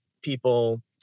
people